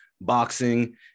boxing